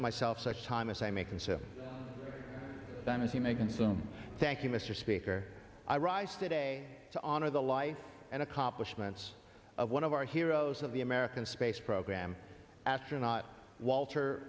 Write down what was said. myself such time as i may consume them as he may consume thank you mr speaker i rise today to honor the life and accomplishments of one of our heroes of the american space program astronaut walter